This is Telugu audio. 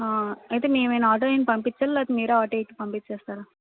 అయితే మేము ఆటో ఏమైనా పంపిచ్చల్లా లేకపోతె మీరే ఆటో వేసి పంపిచ్చేస్తారా